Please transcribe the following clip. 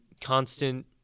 constant